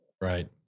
Right